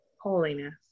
holiness